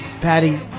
Patty